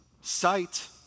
Sight